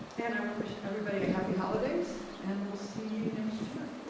and i want to wish everybody a happy holidays, and we'll see you next year.